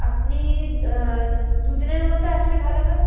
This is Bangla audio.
আপনি দু দিনের মধ্যে আসলে ভালো হয়